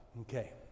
Okay